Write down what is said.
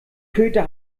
köter